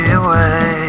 away